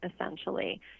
essentially